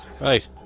right